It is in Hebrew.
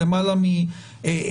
אני לא יודע,